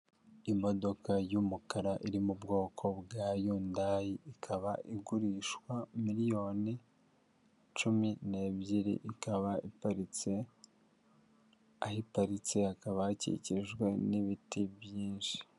Imodoka y'umukara iri mu bwoko bwa yundayi ikaba igurishwa miliyoni cumi n'ebyiri ikaba iparitse, aho iparitse hakaba hakikijwe n'ibiti byinshi.